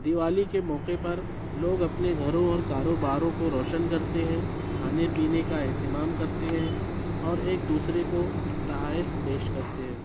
دیوالی کے موقعے پر لوگ اپنے گھروں اور کاروباروں کو روشن کرتے ہیں کھانے پینے کا اہتمام کرتے ہیں اور ایک دوسرے کو تحائف پیش کرتے ہیں